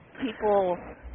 people